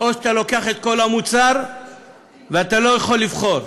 אתה לוקח את כל המוצר ואתה לא יכול לבחור.